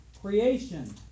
creation